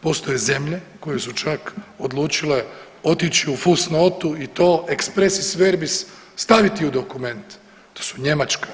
Postoje zemlje koje su čak odlučile otići u fus notu i to expressis verbis staviti u dokument, to su Njemačka,